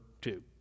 two